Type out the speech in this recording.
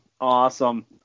Awesome